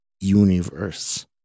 universe